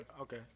Okay